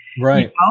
Right